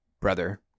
brother